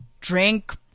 drink